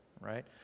right